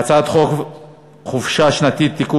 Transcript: ההצעה להעביר את הצעת חוק חופשה שנתית (תיקון